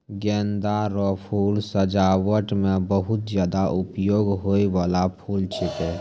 गेंदा रो फूल सजाबट मे बहुत ज्यादा उपयोग होय बाला फूल छिकै